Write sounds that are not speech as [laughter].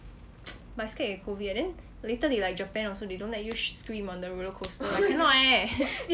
[noise] but scared of COVID then later they like japan also they don't let you sh~ scream on the roller coaster I cannot eh